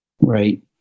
right